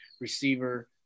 receiver